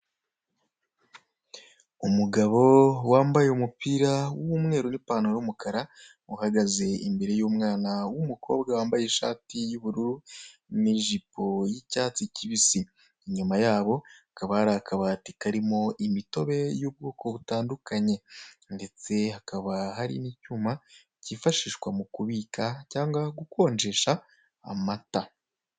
Umugabo wambaye umupira w'umweru n'ipantaro y'umukara uhagaze imbere y'umwana w'umukobwa wambaye ishati y'ubururu n'ijipo y'icyatsi kibisi ,nyuma yaho hakaba hari akabati karimo imitobe y'ubwoko butandukanye, ndetse hakaba hari icyuma kifashishwa mukubika cyangwa mugukonjesha amata.